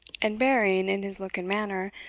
and bearing, in his look and manner,